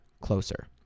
closer